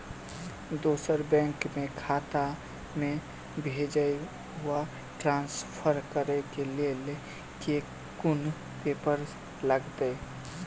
दोसर बैंक केँ खाता मे भेजय वा ट्रान्सफर करै केँ लेल केँ कुन पेपर लागतै?